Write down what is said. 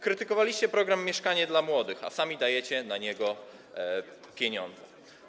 Krytykowaliście program „Mieszkanie dla młodych”, a sami dajecie na ten program pieniądze.